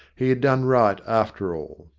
he had done right after all.